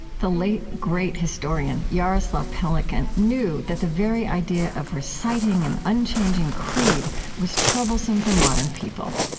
the late great historian jaroslav pelikan knew that the very idea of reciting an unchanging creed was troublesome for modern people.